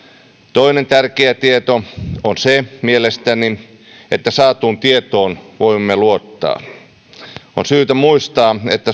toinen tärkeä tieto on mielestäni se että saatuun tietoon voimme luottaa on syytä muistaa että